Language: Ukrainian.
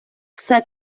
все